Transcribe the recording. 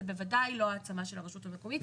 זה בוודאי לא העצמה של הרשות המקומית.